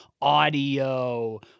audio